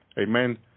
amen